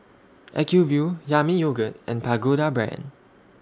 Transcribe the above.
Acuvue Yami Yogurt and Pagoda Brand